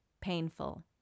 painful